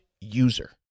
user